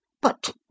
But